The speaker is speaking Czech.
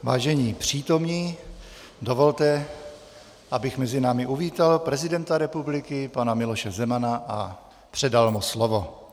Vážení přítomní, dovolte, abych mezi námi uvítal prezidenta republiky pana Miloše Zemana a předal mu slovo.